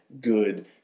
good